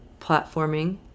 platforming